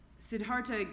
Siddhartha